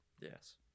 Yes